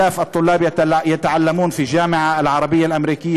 אלפי סטודנטים לומדים באוניברסיטה הערבית האמריקנית